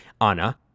Anna